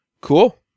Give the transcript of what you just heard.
Cool